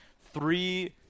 three